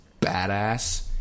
badass